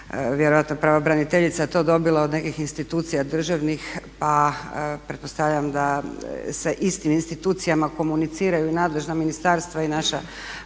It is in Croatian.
vjerojatno je pravobraniteljica to dobila od nekih institucija državni pa pretpostavljam da sa istim institucijama komuniciraju i nadležna ministarstva i naša